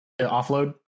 offload